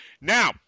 Now